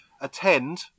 attend